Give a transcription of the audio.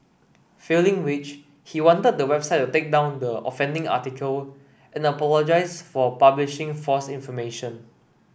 failing which he wanted the website take down the offending article and apologise for publishing false information